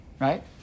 right